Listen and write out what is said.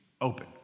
open